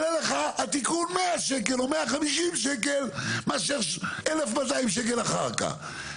התיקון היה עולה 100 שקלים או 150 שקלים לעומת 1,200 שקלים אחר-כך.